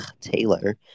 Taylor